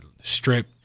strip